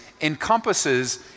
encompasses